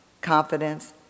confidence